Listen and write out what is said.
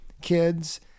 kids